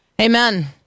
Amen